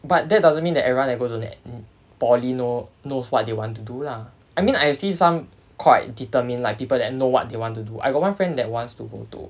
but that doesn't mean that everyone that goes to that poly know knows what they want to do lah I mean like I've seen some quite determined like people that know what they want to I got one friend that wants to go to